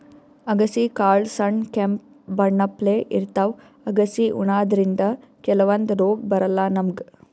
ಅಗಸಿ ಕಾಳ್ ಸಣ್ಣ್ ಕೆಂಪ್ ಬಣ್ಣಪ್ಲೆ ಇರ್ತವ್ ಅಗಸಿ ಉಣಾದ್ರಿನ್ದ ಕೆಲವಂದ್ ರೋಗ್ ಬರಲ್ಲಾ ನಮ್ಗ್